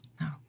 No